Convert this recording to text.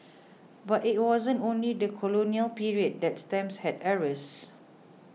but it wasn't only the colonial period that stamps had errors